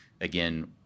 again